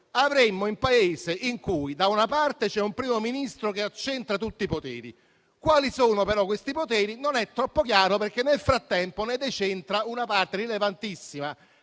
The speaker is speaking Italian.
avremmo un Paese in cui c'è un Primo Ministro che accentra tutti i poteri; quali sono questi poteri, però, non è troppo chiaro, perché nel frattempo se ne decentra una parte rilevantissima